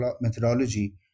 methodology